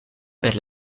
per